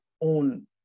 own